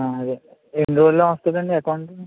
అదే ఎన్ని రోజుల్లో వస్తాదండి అకౌంటు